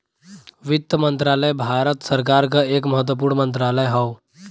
वित्त मंत्रालय भारत सरकार क एक महत्वपूर्ण मंत्रालय हौ